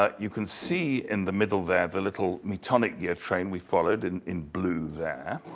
ah you can see in the middle there, the little metonic gear train we followed in in blue there.